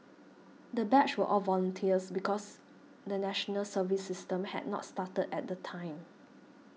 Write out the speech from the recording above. the batch were all volunteers because the National Service system had not started at the time